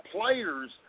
players